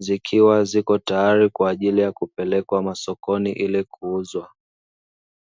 zikiwa ziko tayari kwa ajili ya kupelekwa masokoni ili kuuzwa.